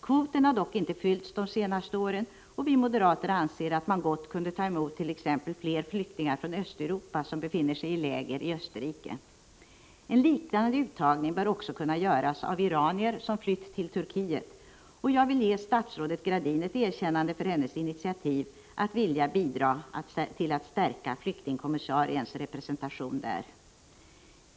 Kvoten har dock inte fyllts de senaste åren, och vi moderater anser att man gott kunde ta emot t.ex. flera flyktingar från Östeuropa, som befinner sig i läger i Österrike. En liknande uttagning bör också kunna göras av iranier, som flytt till Turkiet, och jag vill ge statsrådet Gradin ett erkännande för hennes initiativ att vilja bidra till att stärka flyktingkommissariens representation där.